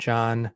John